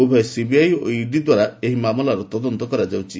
ଉଭୟ ସିବିଆଇ ଓ ଇଡି ଦ୍ୱାରା ଏହି ମାମଲାର ତଦନ୍ତ କରାଯାଉଛି